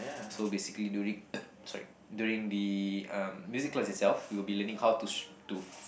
so basically during the sorry during the um music class itself we'll be learning how to s~ to